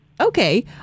Okay